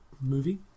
movie